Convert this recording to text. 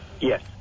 Yes